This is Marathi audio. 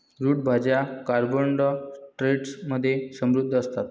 रूट भाज्या कार्बोहायड्रेट्स मध्ये समृद्ध असतात